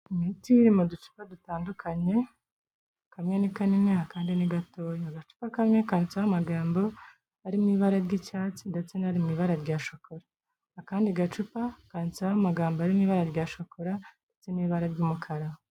Imiti iri mu ducupa dutandukanye kamwe ni kanini, akandi ni gato, agacupa kamwe kanditseho amagambo arimo ibara ry'icyatsi ndetse n'ari mu ibara rya shokora, akandi gacupa kanditseho amagambo arimo ibara rya shokora ndetse n'ibara ry'umukara.